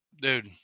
Dude